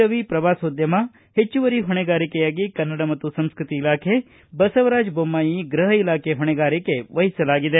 ರವಿ ಪ್ರವಾಸೋದ್ಯಮ ಹೆಚ್ಚುವರಿ ಹೊಣೆಗಾರಿಕೆಯಾಗಿ ಕನ್ನಡ ಮತ್ತು ಸಂಸ್ಟತಿ ಇಲಾಖೆ ಬಸವರಾಜ್ ಬೊಮ್ಮಾಯಿ ಗೃಹ ಇಲಾಖೆ ಹೊಣೆಗಾರಿಕ ವಹಿಸಲಾಗಿದೆ